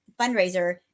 fundraiser